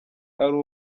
ari